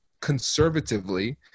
conservatively